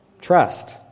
trust